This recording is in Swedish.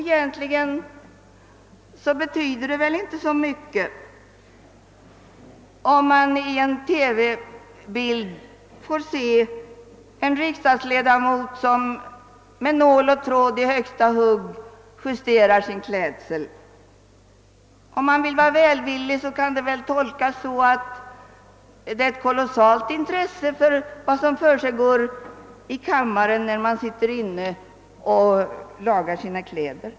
Egentligen gör det väl inte så mycket om det i en TV-bild visas en riksdagsledamot som med nål och tråd i högsta hugg justerar sin klädsel; om man vill vara välvillig kan man tolka detta så, att denna ledamot hyser ett oerhört stort intresse för vad som försiggår i kammaren, eftersom vederbörande sitter där inne och lagar sina kläder.